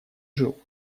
жил